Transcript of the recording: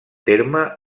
terme